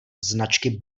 značky